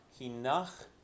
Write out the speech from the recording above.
Hinach